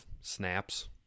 snaps